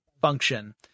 function